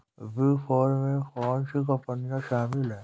Big four में कौन सी कंपनियाँ शामिल हैं?